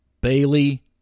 Bailey